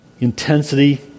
intensity